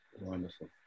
Wonderful